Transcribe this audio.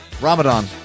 Ramadan